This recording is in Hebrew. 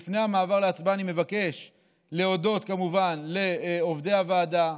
לפני המעבר להצבעה אני מבקש להודות כמובן לעובדי הוועדה,